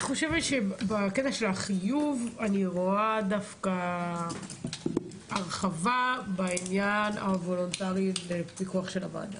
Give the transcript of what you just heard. בקטע של החיוב אני רואה דווקא הרחבה בעניין הוולונטרי לפיקוח של הוועדה.